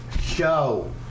show